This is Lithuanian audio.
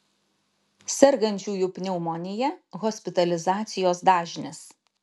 sergančiųjų pneumonija hospitalizacijos dažnis